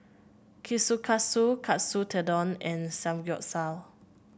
Kushikatsu Katsu Tendon and Samgeyopsal